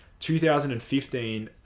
2015